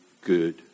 good